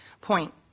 point